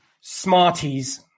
Smarties